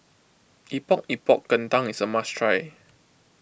Epok Epok Kentang is a must try